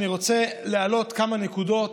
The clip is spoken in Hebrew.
אני רוצה להעלות כמה נקודות